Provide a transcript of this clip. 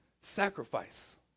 sacrifice